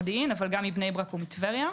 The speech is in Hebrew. מודיעין אבל גם מבני ברק ומטבריה.